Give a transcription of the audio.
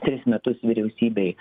tris metus vyriausybėj